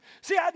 See